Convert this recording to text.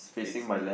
facing